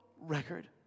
record